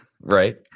right